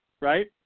right